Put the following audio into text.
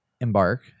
Embark